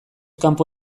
kanpo